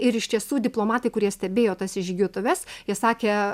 ir iš tiesų diplomatai kurie stebėjo tas įžygiuotuves jie sakė